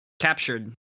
Captured